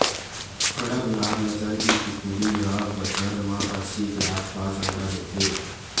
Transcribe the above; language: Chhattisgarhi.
कड़कनाथ नसल के कुकरी ह बछर म अस्सी के आसपास अंडा देथे